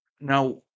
Now